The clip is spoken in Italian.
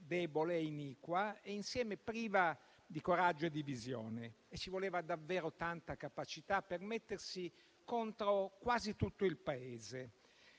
debole e iniqua, insieme priva di coraggio e di visione. Ci voleva davvero tanta capacità per mettersi contro quasi tutto il Paese.